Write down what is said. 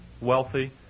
wealthy